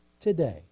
today